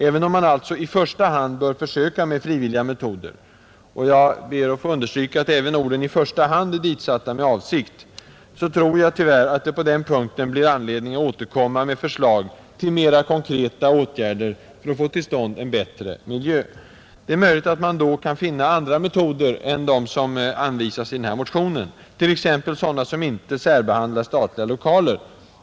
Även om man alltså i första hand bör försöka med frivilliga metoder — och jag ber att få understryka att även orden ”i första hand” är ditsatta med avsikt — tror jag tyvärr att det på denna punkt blir anledning att återkomma med förslag till mer konkreta åtgärder för att få till stånd en bättre miljö. Det är möjligt att man då kan finna andra metoder än dem som anvisas i motionen — t.ex. sådana som inte särbehandlar statliga lokaler.